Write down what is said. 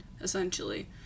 essentially